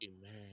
Amen